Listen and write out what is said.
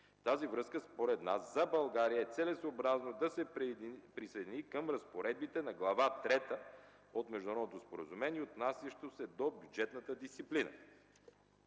с това според нас за България е целесъобразно да се присъедини към разпоредбите на Глава трета от Международното споразумение, отнасящо се до бюджетната дисциплина.